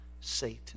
Satan